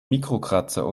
mikrokratzer